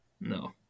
No